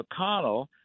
McConnell